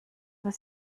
was